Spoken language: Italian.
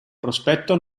prospetto